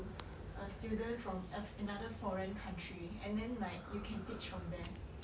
a student from f~ another foreign country and then like you can teach from there